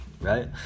right